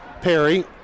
Perry